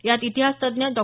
यात इतिहास तज्ज्ञ डॉ